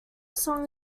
song